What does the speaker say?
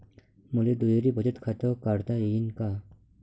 मले दुहेरी बचत खातं काढता येईन का?